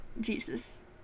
Jesus